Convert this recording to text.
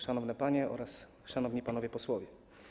Szanowne Panie oraz Szanowni Panowie Posłowie!